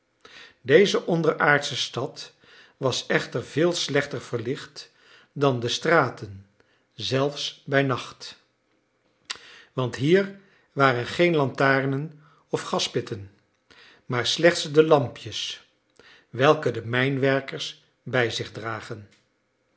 deze onderaardsche stad was echter veel slechter verlicht dan de straten zelfs bij nacht want hier waren geen lantaarnen of gaspitten maar slechts de lampjes welke de mijnwerkers bij zich dragen